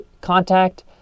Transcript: contact